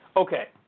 Okay